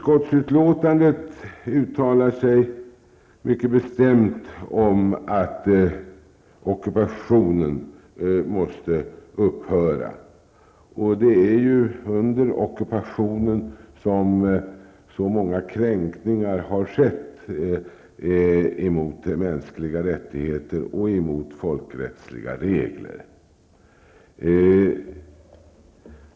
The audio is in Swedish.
I utlåtandet uttalar sig utskottet mycket bestämt om att ockupationen måste upphöra. Det är under ockupationen som så många kränkningar har skett mot mänskliga rättigheter och mot folkrättsliga regler.